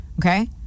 Okay